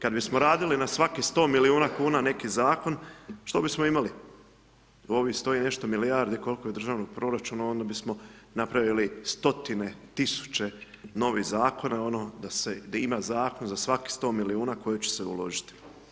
Kada bismo radili na svakih 100 milijuna kn, neki zakon, što bismo imali u ovih 100 i nešto milijardi, koliko je državnog proračuna, onda bismo napravili stotine, tisuće novih zakona, ono, da se ima zakon za svaki 100 milijuna koje će se uložiti.